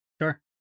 Sure